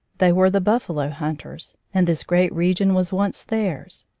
they were the buffalo hunters, and this great region was once theirs.